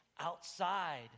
outside